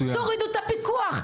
תורידו את הפיקוח.